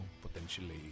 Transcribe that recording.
potentially